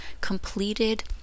completed